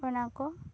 ᱚᱱᱟ ᱠᱚ